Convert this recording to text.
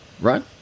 right